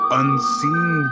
unseen